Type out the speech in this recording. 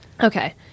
Okay